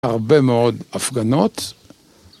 הרבה מאוד הפגנות.